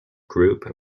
group